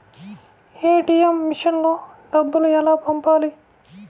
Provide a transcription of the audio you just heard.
ATM మెషిన్లో డబ్బులు ఎలా పంపాలి?